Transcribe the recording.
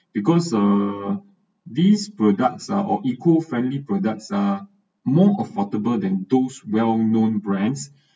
because err these products are or eco-friendly products are more affordable than those well known brands